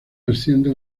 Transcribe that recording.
asciende